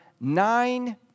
nine